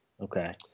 Okay